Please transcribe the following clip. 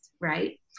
right